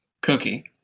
cookie